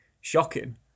shocking